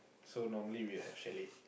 so normally we have chalet